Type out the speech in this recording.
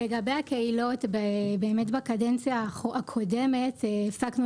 לגבי הקהילות: באמת בקדנציה הקודמת הפסקנו